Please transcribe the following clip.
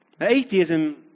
atheism